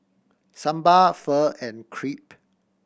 Sambar Pho and Crepe